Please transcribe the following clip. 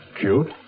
cute